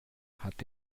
hat